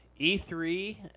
e3